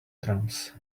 drums